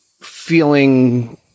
feeling